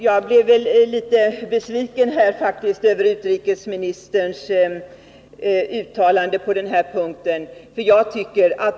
Jag blev faktiskt litet besviken över utrikesministerns uttalande på den här punkten.